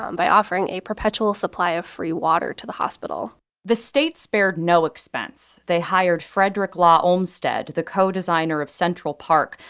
um by offering a perpetual supply of free water to the hospital the state spared no expense. they hired frederick law olmsted, the co-designer of central park,